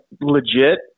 legit